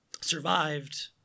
survived